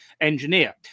engineer